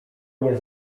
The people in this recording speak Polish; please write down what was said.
nie